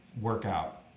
workout